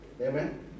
Amen